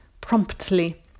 promptly